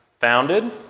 Founded